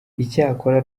icyakora